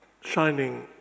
shining